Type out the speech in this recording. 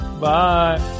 Bye